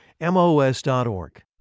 MOS.org